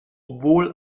obwohl